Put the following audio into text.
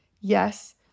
Yes